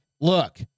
look